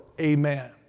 Amen